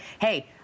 hey